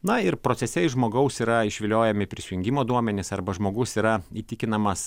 na ir procese iš žmogaus yra išviliojami prisijungimo duomenys arba žmogus yra įtikinamas